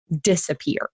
disappear